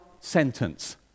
sentence